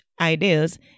ideas